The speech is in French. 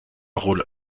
rôle